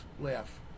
laugh